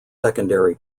secondary